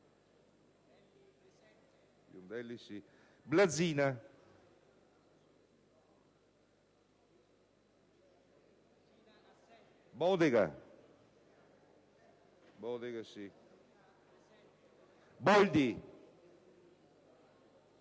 Blazina, Bodega, Boldi,